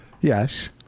Yes